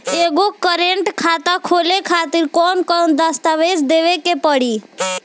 एगो करेंट खाता खोले खातिर कौन कौन दस्तावेज़ देवे के पड़ी?